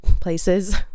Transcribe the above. places